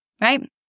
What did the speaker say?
right